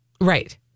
Right